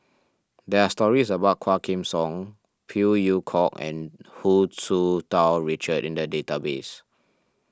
there are stories about Quah Kim Song Phey Yew Kok and Hu Tsu Tau Richard in the database